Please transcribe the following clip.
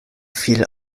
fiel